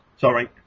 sorry